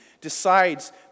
decides